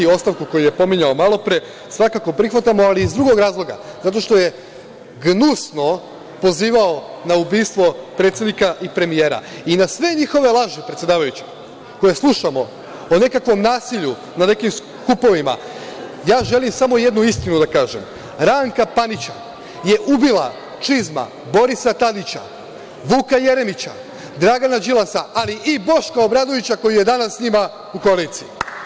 Ostavku koju je pominjao malopre svakako prihvatamo, ali iz drugog razloga – zato što je gnusno pozivao na ubistvo predsednika i premijera i na sve njihove laži, predsedavajuća, koje slušamo o nekakvom nasilju na nekim skupovima, ja želim samo jednu istinu da kažem – Ranka Panića je ubila čizma Borisa Tadića, Vuka Jeremića, Dragana Đilasa, ali i Boška Obradovića, koji je danas s njima u koaliciji.